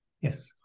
Yes